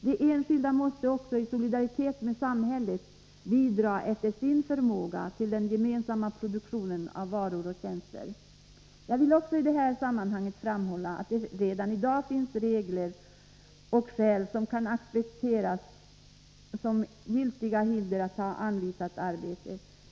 De enskilda måste också i solidaritet med samhället bidra efter sin förmåga till den gemensamma produktionen av varor och tjänster. Jag vill också i det här sammanhanget framhålla att det redan i dag finns regler för vilka skäl som accepteras som giltiga hinder att ta anvisat arbete.